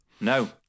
No